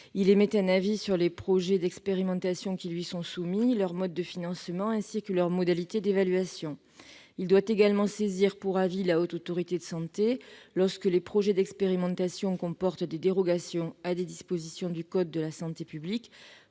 Il émet un avis sur les projets d'expérimentation qui lui sont soumis, sur leur mode de financement, ainsi que sur leurs modalités d'évaluation. Ce comité doit également saisir pour avis la Haute Autorité de santé lorsque les projets d'expérimentation comportent des dérogations à des dispositions du code de la santé publique